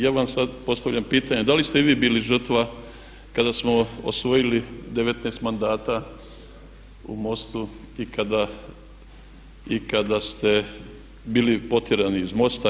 Ja vam sad postavljam pitanje da li ste i vi bili žrtva kada smo osvojili 19 mandata u MOST-u i kada ste bili potjerani iz MOST-a?